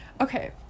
okay